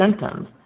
symptoms